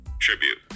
Tribute